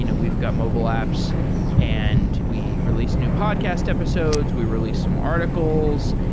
you know we've got mobile apps and we release new podcast episodes. we release some articles,